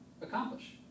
accomplish